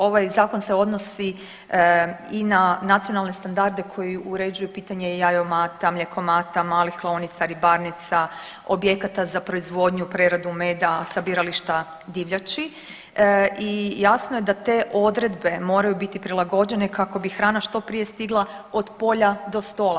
Ovaj zakon se odnosi i na nacionalne standarde koji uređuju pitanje jajomata, mlijekomata, malih klaonica, ribarnica, objekata za proizvodnju, preradu meda, sabirališta divljači i jasno je da te odredbe moraju biti prilagođene kako bi hrana što prije stigla od polja do stola.